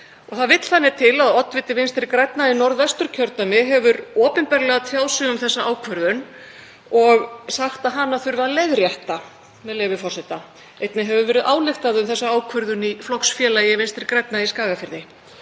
Það vill þannig til að oddviti Vinstri grænna í Norðvesturkjördæmi hefur opinberlega tjáð sig um þessa ákvörðun og sagt að hana þurfi að leiðrétta. Einnig hefur verið ályktað um þessa ákvörðun í flokksfélagi Vinstri grænna í Skagafirði.